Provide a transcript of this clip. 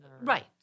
Right